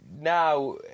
now